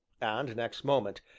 and, next moment,